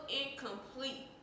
incomplete